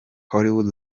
hollywood